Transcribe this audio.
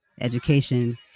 Education